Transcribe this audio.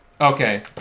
Okay